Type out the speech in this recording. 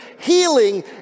healing